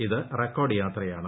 ഇത് റെക്കോർഡ് യാത്രയാണ്